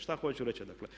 Što hoću reći?